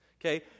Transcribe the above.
Okay